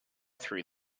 through